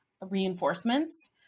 reinforcements